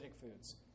foods